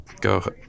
go